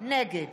נגד